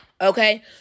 Okay